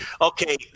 Okay